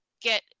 get